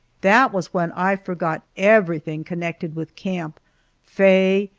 that was when i forgot everything connected with camp faye,